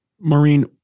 Maureen